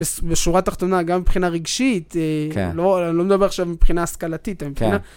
בשורה התחתונה, גם מבחינה רגשית, לא מדבר עכשיו מבחינה השכלתית,